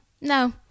no